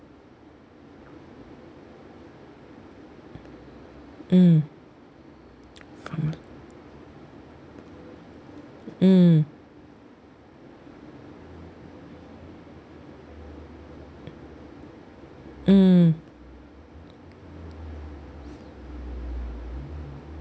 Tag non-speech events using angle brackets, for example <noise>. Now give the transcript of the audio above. <noise> mm <noise> mm mm <noise>